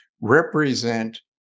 represent